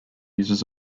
uses